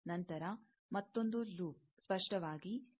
ನಂತರ ಮತ್ತೊಂದು ಲೂಪ್ ಸ್ಪಷ್ಟವಾಗಿ ಈ ಆಗಿದೆ